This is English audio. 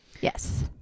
Yes